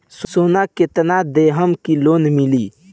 सोना कितना देहम की लोन मिली?